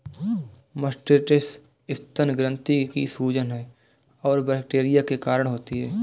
mastitis स्तन ग्रंथि की सूजन है और बैक्टीरिया के कारण होती है